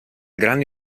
grandi